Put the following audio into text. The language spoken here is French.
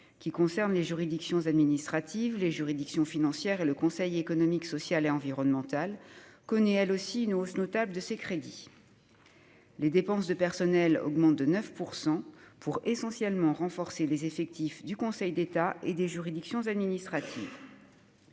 aux budgets des juridictions administratives, des juridictions financières et du Conseil économique, social et environnemental, connaît elle aussi une hausse notable de ses crédits. Les dépenses de personnel augmentent de 9 %, essentiellement pour renforcer les effectifs du Conseil d'État et des juridictions administratives.